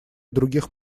других